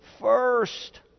first